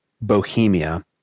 Bohemia